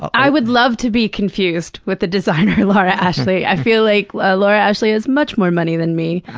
i would love to be confused with the designer laura ashley. i feel like laura ashley has much more money than me.